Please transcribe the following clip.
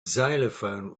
xylophone